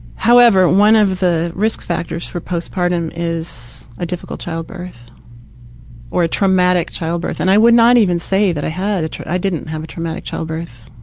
however, one of the risk factors for postpartum is a difficult child birth or a traumatic child birth and i would not even say that i had a tra, i didn't have a traumatic child birth.